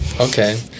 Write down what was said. okay